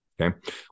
okay